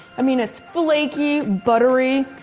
i mean it's flaky, buttery,